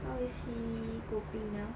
how is he coping now